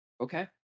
Okay